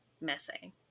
missing